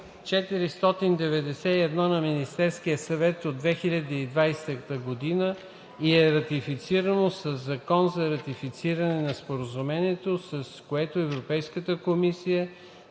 491 на Министерския съвет от 2020 г. и е ратифицирано със Закон за ратифициране на Споразумението, с което Европейската комисия